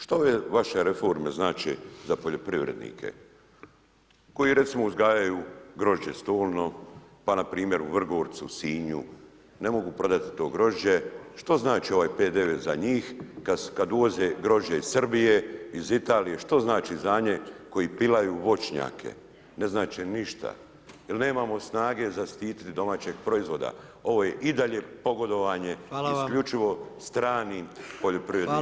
Što ove vaše reforme znače za poljoprivrednike koji recimo uzgajaju grožđe stolno, pa npr. u Vrgorcu, Sinu, ne mogu prodati to grožđe, što znači ovaj PDV za njih kad uvoze grožđe iz Srbije, iz Italije, što znači znanje, koji pilaju voćnjake, ne znači ništa jer nemamo snage zaštititi domaćeg proizvoda, ovo je i dalje pogodovanje isključivo stranim poljoprivrednicima i proizvođačima.